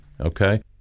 okay